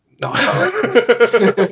No